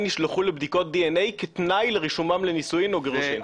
נשלחו לבדיקות דנ"א כתנאי לרישומם לנישואים או גירושים.